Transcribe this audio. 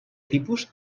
tipus